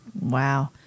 Wow